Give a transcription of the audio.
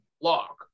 lock